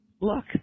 Look